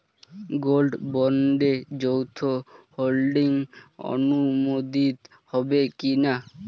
Gold বন্ডে যৌথ holding অনুমোদিত হবে কিনা?